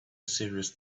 serious